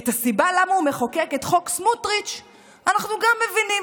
את הסיבה למה הוא מחוקק את חוק סמוטריץ' אנחנו גם מבינים.